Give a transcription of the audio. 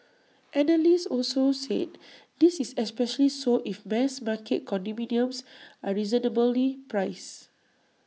analysts also said this is especially so if mass market condominiums are reasonably priced